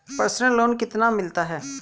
Personal loan कितना मिलता है?